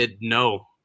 no